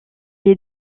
est